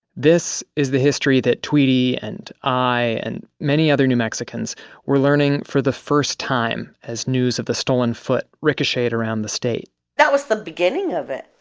this is the history that tweety and i, and many other new mexicans were learning for the first time, as news of the stolen foot ricocheted around the state that was the beginning of it.